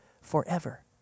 forever